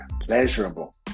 pleasurable